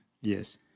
yes